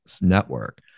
network